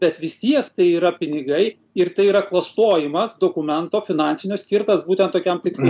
bet vis tiek tai yra pinigai ir tai yra klastojimas dokumento finansinio skirtas būtent tokiam tikslui